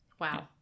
Wow